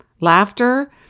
Laughter